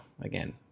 again